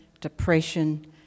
depression